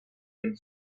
mit